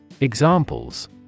Examples